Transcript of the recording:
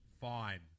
fine